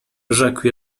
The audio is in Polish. rzekł